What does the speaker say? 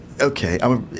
okay